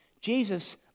Jesus